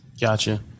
Gotcha